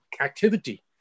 activity